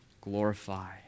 glorify